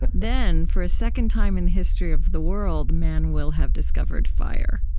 but then, for a second time in the history of the world, man will have discovered fire.